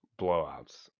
blowouts